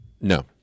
No